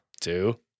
Two